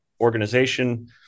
organization